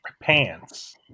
pants